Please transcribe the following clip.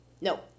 No